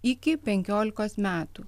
iki penkiolikos metų